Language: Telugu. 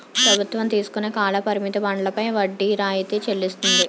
ప్రభుత్వం తీసుకుని కాల పరిమిత బండ్లపై వడ్డీ రాయితీ చెల్లిస్తుంది